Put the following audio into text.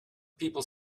people